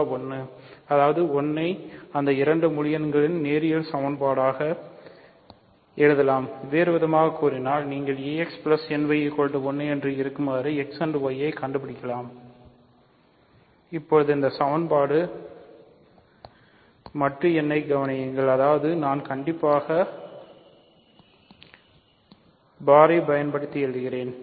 வ 1 அதாவது 1 ஐ அந்த இரண்டு முழு எண்களின் நேரியல் சம்பாடாக எழுதலாம் வேறுவிதமாகக் கூறினால் நீங்கள் ax ny 1 என்று இருக்குமாறு x மற்றும் y ஐக் கண்டுபிடிக்கலாம் இப்போது இந்த சமன்பாடு மட்டு n ஐக் கவனியுங்கள் அதாவது நான் கண்டிப்பாக பார் ஐ பயன்படுத்தி எழுதுகிறேன்